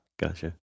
Gotcha